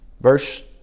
Verse